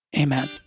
Amen